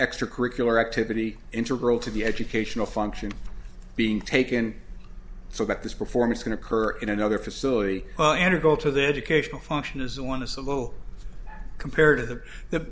extra curricular activity integral to the educational function being taken so that this performance can occur in another facility in or go to the educational function as one of the low compared to the the